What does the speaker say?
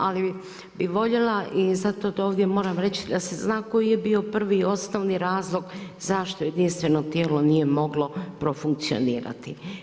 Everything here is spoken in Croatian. Ali bih voljela i zato to moram ovdje reći da se zna koji je bio prvi i osnovni razlog zašto jedinstveno tijelo nije moglo profunkcionirati.